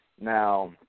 Now